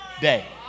day